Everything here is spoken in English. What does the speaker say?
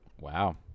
Wow